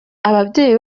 ababyeyi